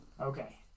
Okay